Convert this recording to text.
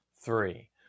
three